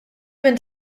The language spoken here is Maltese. min